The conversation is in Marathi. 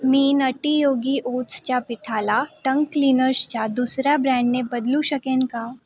मी नटी योगी ओट्सच्या पिठाला टंग क्लीनर्सच्या दुसऱ्या ब्रँडने बदलू शकेन का